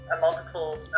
multiple